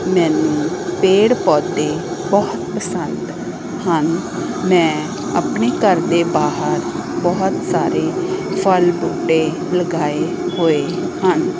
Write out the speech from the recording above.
ਮੈਨੂੰ ਪੇੜ ਪੌਦੇ ਬਹੁਤ ਪਸੰਦ ਹਨ ਮੈਂ ਆਪਣੇ ਘਰ ਦੇ ਬਾਹਰ ਬਹੁਤ ਸਾਰੇ ਫਲ ਬੂਟੇ ਲਗਾਏ ਹੋਏ ਹਨ